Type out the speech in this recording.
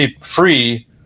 free